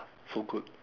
so good